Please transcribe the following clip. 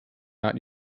not